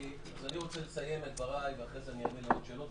רוצה לסיים את דבריי ואחרי זה אני אענה לעוד שאלות,